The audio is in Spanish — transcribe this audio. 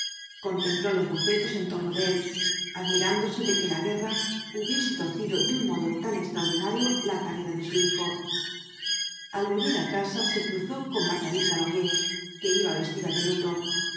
contempló los bocetos en torno de él admirándose de que ia guerra hubiese torcido de un modo tan extraordinario la carrera de su hijo al volver á casa se cruzó con margarita laurier que iba vestida de luto el